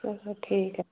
ठीक ऐ